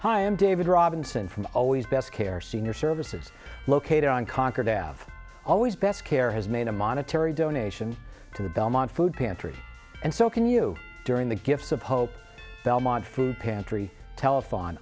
hi i am david robinson from always best care senior services located on concord out always best care has made a monetary donation to the belmont food pantry and so can you during the gifts of hope belmont food pantry telephone